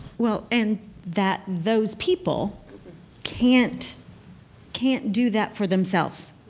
well, and that those people can't can't do that for themselves.